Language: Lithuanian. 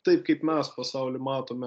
taip kaip mes pasaulį matome